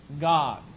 God